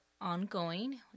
ongoing